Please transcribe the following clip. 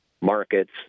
markets